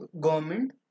government